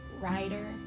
writer